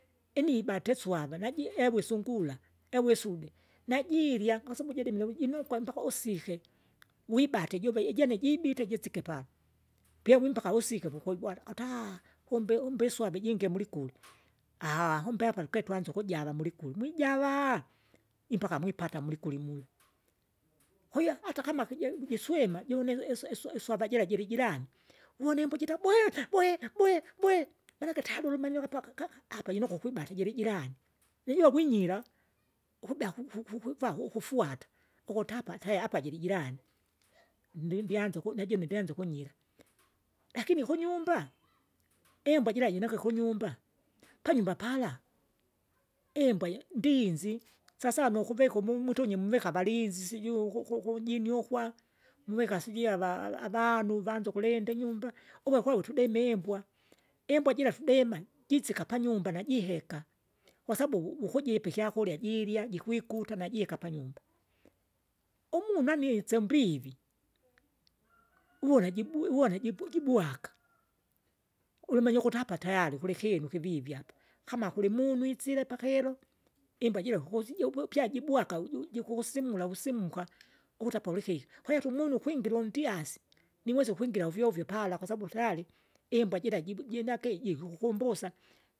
Inibate swava naji ewu isungura, ewu isube, najirya kwasabu jilimire wujinokwa mpaka usike, wibate ijuve ijene jibite jisike pala, pyevumpaka wisike kukubwara kuta kumbe umbe iswava ijingi mulikule, kumbe hapa luke twanze ukujava mulikulu mwijava, impaka mwipata mulikuli mula. Kwahiyo hatakama kije jiswima june iswa- iswa- iswava jira jirijirani, uwona imbwa jita, manake tayari ulumanyuke po akaka apa jinokwa ukwibate jirijirani, nijove winyira, ukubea kukuku kwiva ukufuata, ukuti apa taya apa jirijirani, ndiri ndianze ukune najune ndianze ukunyira. Lakini kunyumba, imbwa jira jinokwe kunyumba, panyumba pala, imbwa je- ndinzi, sawasawa nukuvika umu- mutunye muvika avalinzi sijui ukukunjini ukwa, muvika sijui ava- avanu vanze ukulinda inyumba, uve ukwa utudeme imbwa, imbwa jira tudima, jisika panyumba najiheka, kwasabu uku- ukujipa ikyakurya jiirya jikwikuta najika panyumba. Umunu anise mbivi uvula jibu uwala jibu- jibwaka, ulimenye ukuti apa tayari kulikinu ikivivi apa, kama kulimunu isile pakilo, imwa jira ukusi jiupupya jibwaka uju jikukusimula vusimka, ukuti apa uliki, kweta umunu ukwingira undyasi, niwese ukwingira ovyoovyo pala kwasabu tayari, imbwa jira jibu jinake jikukukumbusa.